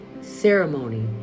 ceremony